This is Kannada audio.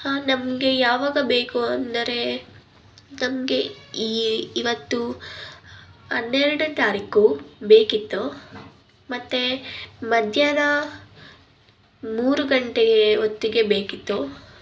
ಹಾಂ ನಮಗೆ ಯಾವಾಗ ಬೇಕು ಅಂದರೆ ನಮಗೆ ಈ ಇವತ್ತು ಹನ್ನೆರಡನೇ ತಾರೀಕು ಬೇಕಿತ್ತು ಮತ್ತೆ ಮಧ್ಯಾಹ್ನ ಮೂರು ಗಂಟೆಗೆ ಹೊತ್ತಿಗೆ ಬೇಕಿತ್ತು